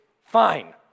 fine